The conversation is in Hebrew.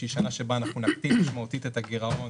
שהיא שנה שבה אנחנו נקטין משמעותית את הגירעון